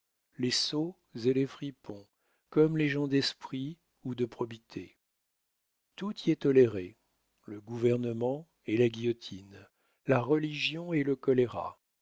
les sots et les fripons comme les gens d'esprit ou de probité tout y est toléré le gouvernement et la guillotine la religion et le choléra